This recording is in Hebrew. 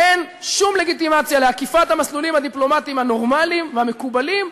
אין שום לגיטימציה לעקיפת המסלולים הדיפלומטיים הנורמליים והמקובלים,